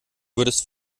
würdest